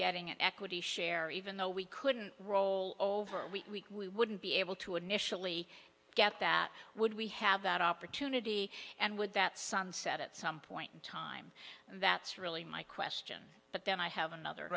getting equity share even though we couldn't roll over we wouldn't be able to initially get that would we have that opportunity and would that sunset at some point in time that's really my question but then i have another